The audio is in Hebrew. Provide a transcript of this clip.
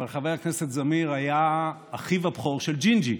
אבל חבר הכנסת זמיר היה אחיו הבכור של ג'ינג'י,